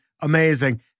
Amazing